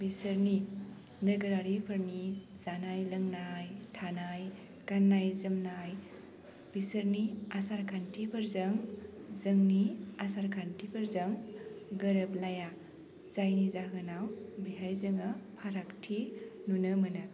बिसोरनि नोगोरारिफोरनि जानाय लोंनाय थानाय गान्नाय जोमनाय बिसोरनि आसारखान्थिफोरजों जोंनि आसारखान्थिफोरजों गोरोबलाया जायनि जाहोनाव बेहाय जोङो फारागथि नुनो मोनो